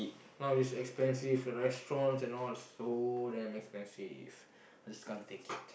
no is expensive the restaurant and all the so damn expensive just can't take it